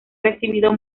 recibido